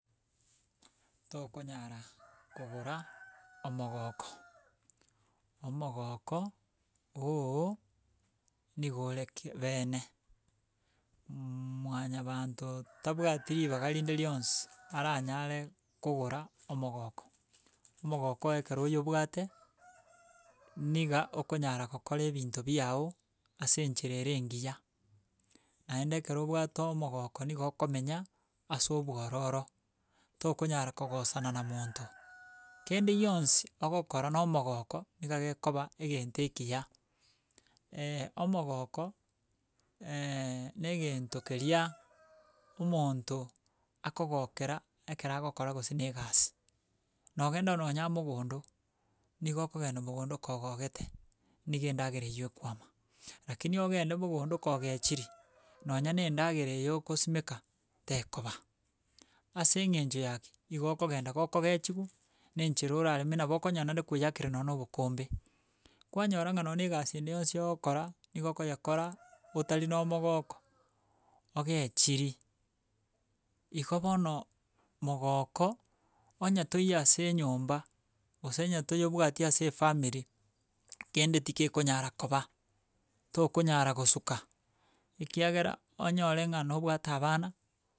Tokonyara kogora omogoko, omogoko ogo niga ore kebene mmmwanyabanto tabwati ribaga rinde rionsi aranyare kogora omogoko. Omogoko oyo ekero onyebwate niga okonyara gokora ebinto biago ase enchera ere engiya. Naende ekero obwate omogoko nigo okomenya ase obwororo tokonyara kogosana na monto. Kende gionsi, ogokora na omogoko, niga gekoba egento ekiya omogoko na egento keria omonto akogokera ekere agokora gose na egasi. Na ogenda nonya mogondo niga okogenda mogondo kogogete niga endagera eywo ekwama. Lakini ogende mogondo kogechiri, nonya na endagera okosimeka, tekoba, ase eng'encho ya ki igo okogenda gokogechiwa nenchera orareme nabo okonyora naende kweyakire no obokombe. Kwanyora ng'a no ne egasi ende yonsi ogokora, nigo okonyekora otari na omogoko. ogechirie. Igo bono mogoko, onye toiyo ase enyomba gose onye toyebwati ase efamiri, kende tikekonyara koba. tokonyara gosuka ekiagera onyore ng'a nobwate abana.